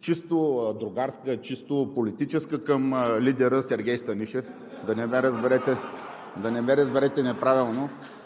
чисто другарска, чисто политическа към лидера Сергей Станишев. (Смях от ГЕРБ. Шум и реплики